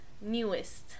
newest